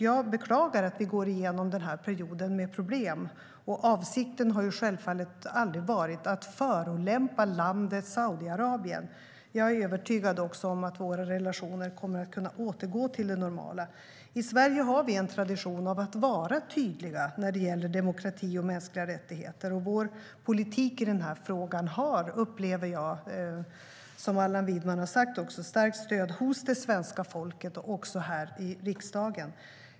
Jag beklagar att vi går igenom den här perioden med problem. Avsikten har självfallet aldrig varit att förolämpa landet Saudiarabien. Jag är övertygad om att våra relationer kommer att återgå till det normala. I Sverige har vi en tradition av att vara tydliga när det gäller demokrati och mänskliga rättigheter. Jag upplever att vår politik i frågan, precis som Allan Widman har sagt, har starkt stöd hos det svenska folket och även här i riksdagen.